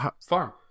farm